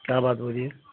کیا بات بولییے